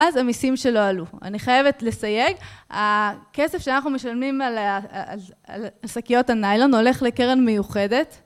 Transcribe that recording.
אז המסים שלו עלו. אני חייבת לסייג. הכסף שאנחנו משלמים על שקיות הניילון הולך לקרן מיוחדת.